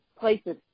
places